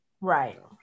right